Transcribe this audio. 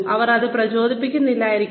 അപ്പോൾ അവർ പ്രചോദിപ്പിക്കില്ലായിരിക്കാം